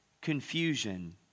confusion